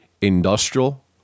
industrial